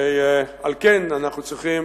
על כן, אנחנו צריכים